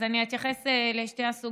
אז אני אתייחס לשתי הסוגיות,